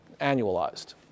annualized